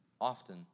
often